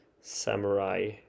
Samurai